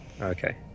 Okay